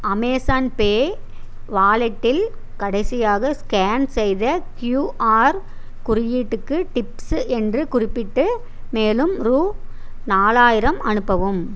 Amazon Pay வாலெட்டில் கடைசியாக scan செய்த க்யூஆர் குறியீட்டுக்கு டிப்ஸ்ஸு என்று குறிப்பிட்டு மேலும் ரூபா நாலாயிரம் அனுப்பவும்